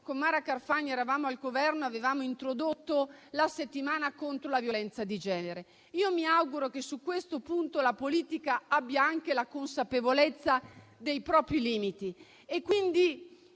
con Mara Carfagna eravamo al Governo avevamo introdotto la settimana contro la violenza di genere. Io mi auguro che su questo punto la politica abbia anche la consapevolezza dei propri limiti